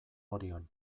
orion